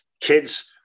kids